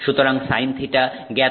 সুতরাং sinθ জ্ঞাত